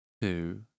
two